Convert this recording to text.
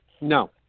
No